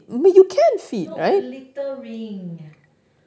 no littering